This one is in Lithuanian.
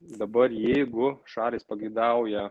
dabar jeigu šalys pageidauja